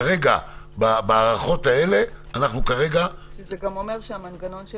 כרגע במערכות האלה --- שזה גם אומר שהמנגנון של